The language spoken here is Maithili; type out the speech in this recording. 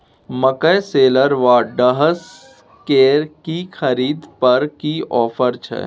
मकई शेलर व डहसकेर की खरीद पर की ऑफर छै?